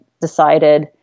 decided